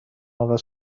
عوض